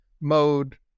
mode